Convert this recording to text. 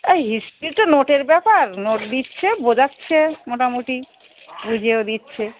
এই হিস্ট্রি তো নোটের ব্যাপার নোট দিচ্ছে বোঝাচ্ছে মোটামুটি বুঝিয়েও দিচ্ছে